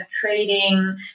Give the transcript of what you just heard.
trading